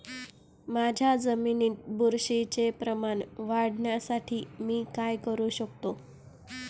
माझ्या जमिनीत बुरशीचे प्रमाण वाढवण्यासाठी मी काय करू शकतो?